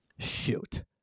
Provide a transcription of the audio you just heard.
Shoot